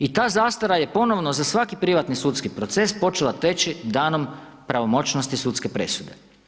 I ta zastara je ponovno za svaki privatni sudski proces počela teći danom pravomoćnosti sudske presude.